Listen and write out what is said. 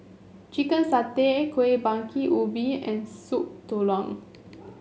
Chicken Satay Kuih Bingka Ubi and Soup Tulang